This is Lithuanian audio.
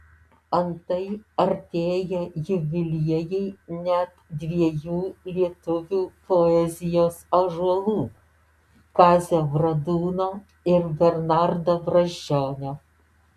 antai artėja jubiliejai net dviejų lietuvių poezijos ąžuolų kazio bradūno ir bernardo brazdžionio